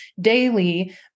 daily